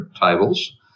tables